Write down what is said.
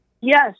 Yes